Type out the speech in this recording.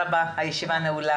אושר.